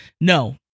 no